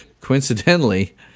coincidentally